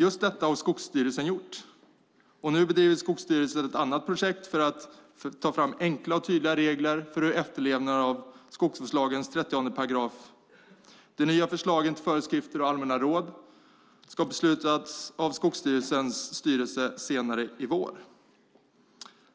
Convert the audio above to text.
Just detta har Skogsstyrelsen gjort, och nu bedriver Skogsstyrelsen ett annat projekt för att ta fram enkla och tydliga regler för efterlevnaden av skogslagens 13 §. De nya förslagen till föreskrifter och allmänna råd ska beslutas av Skogsstyrelsens styrelse senare i vår.